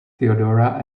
theodora